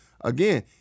again